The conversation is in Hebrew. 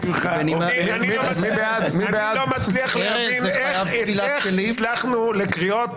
אני לא מצליח להבין איך הגענו לקריאות